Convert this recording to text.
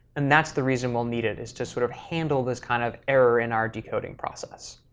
and that's the reason we'll need it, is to sort of handle this kind of error in our decoding process.